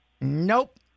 Nope